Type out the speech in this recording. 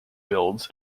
builds